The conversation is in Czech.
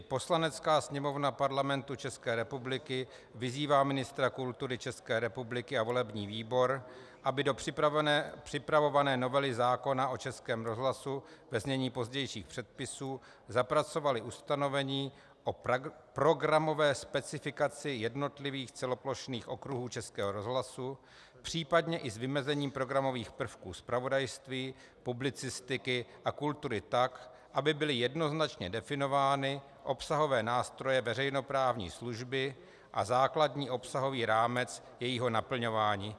Poslanecká sněmovna Parlamentu České republiky vyzývá ministra kultury České republiky a volební výbor, aby do připravované novely zákona o Českém rozhlasu ve znění pozdějších předpisů zapracovali ustanovení o programové specifikaci jednotlivých celoplošných okruhů Českého rozhlasu, případně i s vymezením programových prvků zpravodajství, publicistiky a kultury tak, aby byly jednoznačně definovány obsahové nástroje veřejnoprávní služby a základní obsahový rámec jejího naplňování.